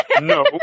No